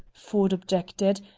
ford objected,